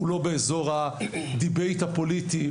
הוא לא באזור הדיבייט הפוליטי.